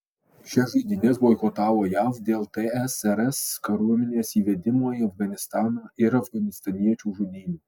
šias žaidynes boikotavo jav dėl tsrs kariuomenės įvedimo į afganistaną ir afganistaniečių žudynių